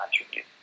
attribute